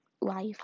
life